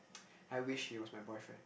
I wish he was my boyfriend